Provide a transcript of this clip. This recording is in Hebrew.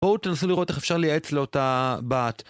בואו תנסו לראות איך אפשר לייעץ לאותה בת